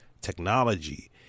technology